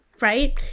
right